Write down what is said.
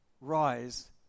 rise